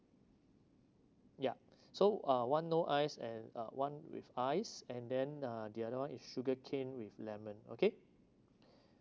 yup so uh one no ice and uh one with ice and then ah the other one is sugar cane with lemon okay